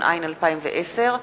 התש"ע 2010,